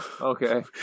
Okay